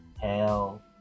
hell